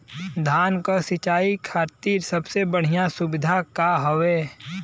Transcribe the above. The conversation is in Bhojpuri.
धान क सिंचाई खातिर सबसे बढ़ियां सुविधा का हवे?